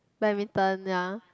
badminton ya